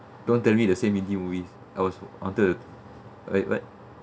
don't tell me the same indie movies i was wanted like like